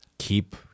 keep